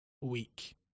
week